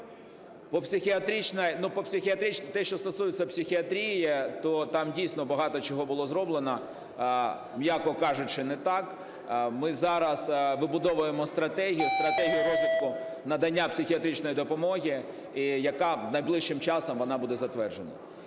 колеги. Те, що стосується психіатрії, то там дійсно багато чого було зроблено, м'яко кажучи, не так. Ми зараз вибудовуємо стратегію, стратегію розвитку надання психіатричної допомоги, яка найближчим часом буде затверджена.